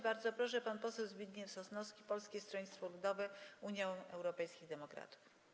Bardzo proszę, pan poseł Zbigniew Sosnowski, Polskie Stronnictwo Ludowe - Unia Europejskich Demokratów.